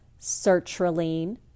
sertraline